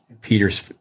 Peter's